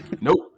Nope